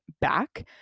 back